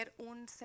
un